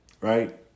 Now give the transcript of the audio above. right